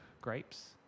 grapes